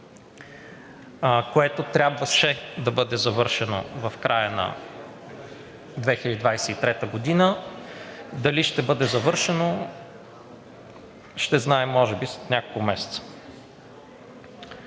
което трябваше да бъде завършено в края на 2023 г. – дали ще бъде завършено, ще знаем може би след няколко месеца.